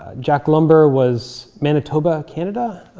ah jack lumber was manitoba, canada.